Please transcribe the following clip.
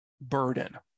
burden